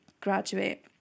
graduate